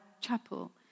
Chapel